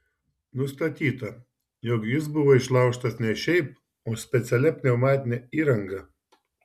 nustatyta jog jis buvo išlaužtas ne šiaip o specialia pneumatine įranga